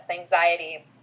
anxiety